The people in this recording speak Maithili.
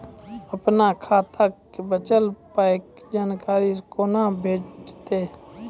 अपन खाताक बचल पायक जानकारी कूना भेटतै?